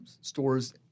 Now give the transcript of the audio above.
stores